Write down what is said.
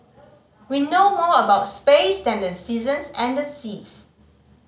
we know more about space than the seasons and the seas